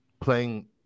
playing